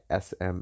SM